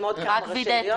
הוא ידבר וידברו עוד ראשי עיר.